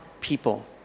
people